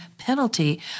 Penalty